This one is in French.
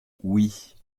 oui